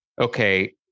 okay